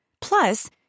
plus